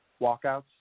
walkouts